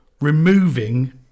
removing